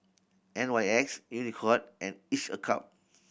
N Y X Unicurd and Each a Cup